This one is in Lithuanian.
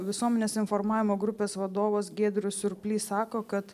visuomenės informavimo grupės vadovas giedrius surplys sako kad